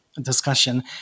discussion